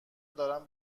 دارم